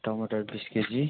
टमाटर बिस केजी